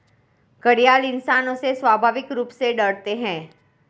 घड़ियाल इंसानों से स्वाभाविक रूप से डरते है